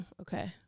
Okay